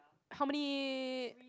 how many